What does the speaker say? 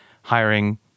hiring